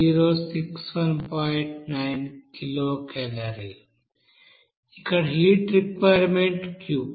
9 kilocalorie ఇక్కడ heat requirement q